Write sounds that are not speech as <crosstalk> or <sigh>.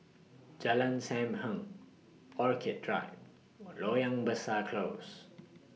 Jalan SAM Heng Orchid Drive <noise> Loyang Besar Close